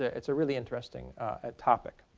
ah it's a really interesting ah topic.